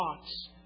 thoughts